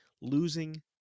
Losing